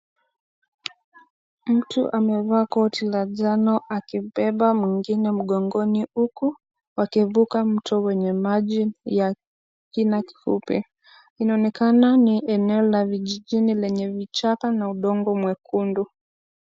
Mtu amevaa koti la njano akibeba mwingine mgongoni huku wakivuka mto wenye maji ya kina kifupi. Inaonekana ni eneo la vijijini lenye vichaka na udongo mwekundu.